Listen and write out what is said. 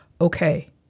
okay